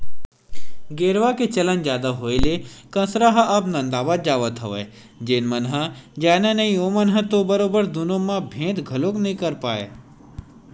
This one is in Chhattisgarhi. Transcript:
गेरवा के चलन जादा होय ले कांसरा ह अब नंदावत जावत हवय जेन मन ह जानय नइ ओमन ह तो बरोबर दुनो म भेंद घलोक नइ कर पाय